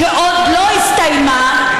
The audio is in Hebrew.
שעוד לא הסתיימה,